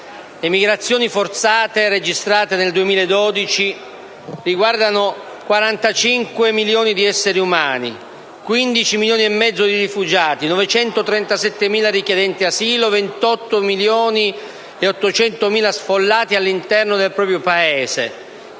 Le migrazioni forzate, registrate nel 2012, riguardano 45 milioni di esseri umani: 15,5 milioni di rifugiati, 937.000 richiedenti asilo e 28,8 milioni di sfollati all'interno del Paese